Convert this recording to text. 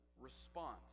response